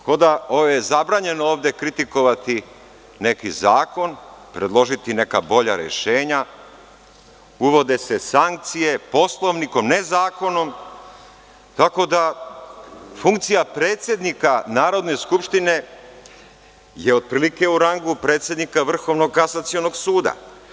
Tako da, zabranjeno je ovde kritikovati neki zakon, predložiti neka bolja rešenja, uvode se sankcije Poslovnikom, ne zakonom, tako da funkcija predsednika Narodne skupštine je otprilike u rangu predsednika Vrhovnog kasacionog suda.